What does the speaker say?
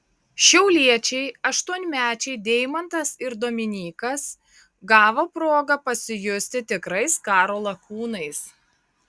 šiauliečiai aštuonmečiai deimantas ir dominykas gavo progą pasijusti tikrais karo lakūnais